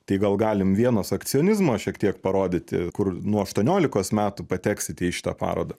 tai gal galimvienos akcionizmo šiek tiek parodyti kur nuo aštuoniolikos metų pateksite į šitą parodą